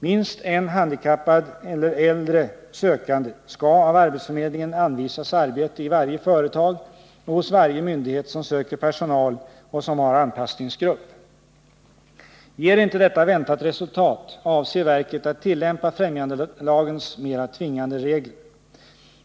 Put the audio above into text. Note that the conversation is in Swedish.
Minst en handikappad eller äldre sökande skall av arbetsförmedlingen anvisas arbete i varje företag och hos varje myndighet som söker personal och som har anpassningsgrupp. Ger inte detta väntat resultat avser verket att tillämpa främjandelagens mera tvingande regler.